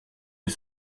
est